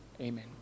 Amen